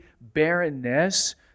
barrenness